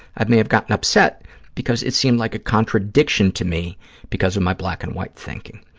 i may have gotten upset because it seemed like a contradiction to me because of my black-and-white thinking.